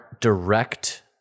direct